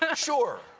ah sure.